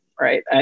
right